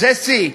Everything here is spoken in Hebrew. זה שיא.